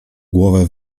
głowę